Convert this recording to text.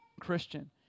Christian